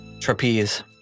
trapeze